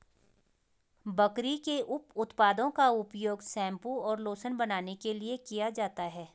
बकरी के उप उत्पादों का उपयोग शैंपू और लोशन बनाने के लिए किया जाता है